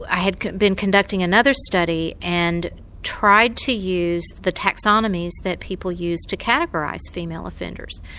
i had been conducting another study and tried to use the taxonomies that people use to categorise female offenders.